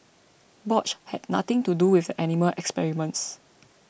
Bosch had nothing to do with the animal experiments